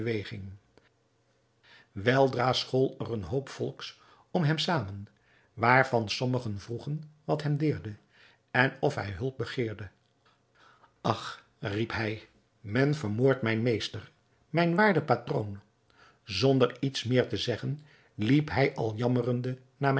beweging weldra school er een hoop volks om hem zamen waarvan sommigen vroegen wat hem deerde en of hij hulp begeerde ach riep hij men vermoordt mijn meester mijn waarden patroon zonder iets meer te zeggen liep hij al jammerende naar